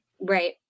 Right